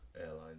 airlines